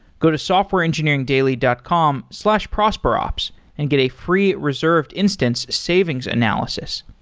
go to softwareengineeringdaily dot com slash prosperops and get a free reserved instance savings analysis.